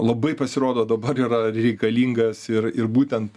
labai pasirodo dabar yra reikalingas ir ir būtent